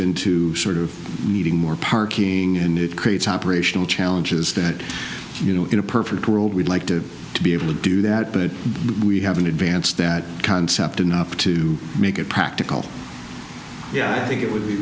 into sort of needing more parking and it creates operational challenges that you know in a perfect world we'd like to be able to do that but we haven't advanced that concept enough to make it practical yeah i think it would be